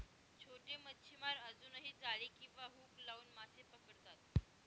छोटे मच्छीमार अजूनही जाळी किंवा हुक लावून मासे पकडतात